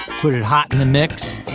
put it hot in the mix.